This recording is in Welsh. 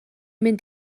mynd